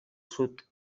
sud